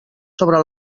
sobre